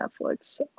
Netflix